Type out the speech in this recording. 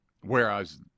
Whereas